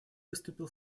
выступил